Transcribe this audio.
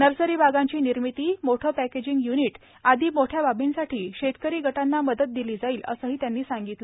nursery बागांची निर्मिती मोठे पॅकेजिंग य्निट आदी मोठ्या बाबींसाठी शेतकरी गटांना मदत दिली जाईल असेही त्यांनी सांगितलं